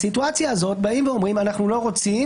בסיטואציה הזאת באים ואומרים אנחנו לא רוצים